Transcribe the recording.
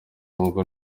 ngo